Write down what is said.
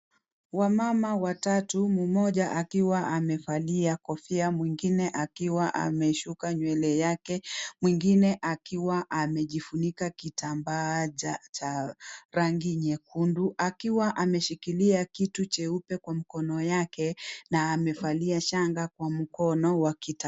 Wamama watatu mmoja akiwa amevalia kofia, mwengine akiwa ameshuka nywele yake, mwengine akiwa akiwa amejifunika kitambaa cha rangi nyekundu akiwa ameshikilia kitu cheupe kwa mkono yake na amevalia shanga kwa mkono.